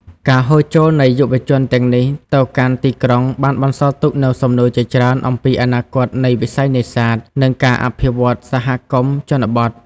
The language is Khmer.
ការហូរចូលនៃយុវជនទាំងនេះទៅកាន់ទីក្រុង បានបន្សល់ទុកនូវសំណួរជាច្រើនអំពីអនាគតនៃវិស័យនេសាទ និងការអភិវឌ្ឍន៍សហគមន៍ជនបទ។